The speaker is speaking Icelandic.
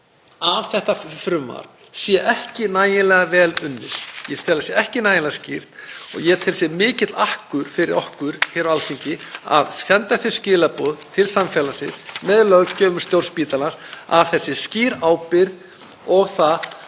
að þetta frumvarp sé ekki nægilega vel unnið. Ég tel að það sé ekki nægilega skýrt og ég tel því að það sé mikill akkur fyrir okkur hér á Alþingi að senda þau skilaboð til samfélagsins, með löggjöf um stjórn spítalans, að það sé skýr ábyrgð. Það